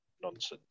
nonsense